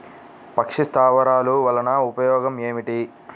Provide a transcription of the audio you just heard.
పక్షి స్థావరాలు వలన ఉపయోగం ఏమిటి?